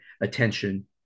attention